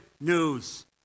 news